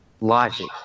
logic